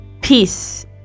peace